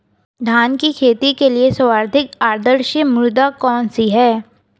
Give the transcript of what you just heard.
धान की खेती के लिए सर्वाधिक आदर्श मृदा कौन सी है?